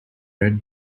read